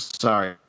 sorry